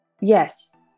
Yes